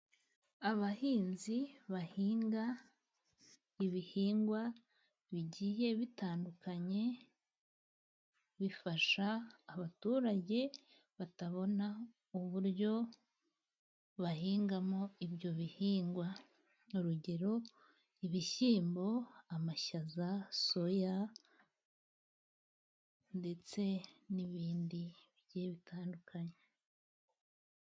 Abahinzi bahinga ibihingwa bigiye bitandukanye, bifasha abaturage batabona uburyo bahingamo ibyo bihingwa, urugero : Ibishyimbo, amashaza, soya ndetse n'ibindi bigiye bitandukanye.